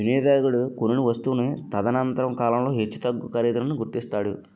వినియోగదారుడు కొనిన వస్తువును తదనంతర కాలంలో హెచ్చుతగ్గు ఖరీదులను గుర్తిస్తాడు